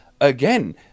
again